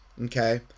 Okay